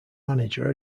manager